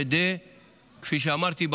כפי שאמרתי,